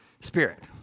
spirit